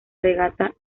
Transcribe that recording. regata